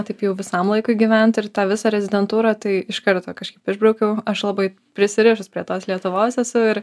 taip jau visam laikui gyventi ir tą visą rezidentūrą tai iš karto kažkaip išbraukiau aš labai prisirišus prie tos lietuvos esu ir